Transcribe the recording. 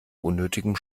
unnötigem